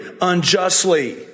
unjustly